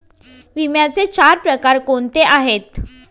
विम्याचे चार प्रकार कोणते आहेत?